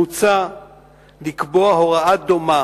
מוצע לקבוע הוראה דומה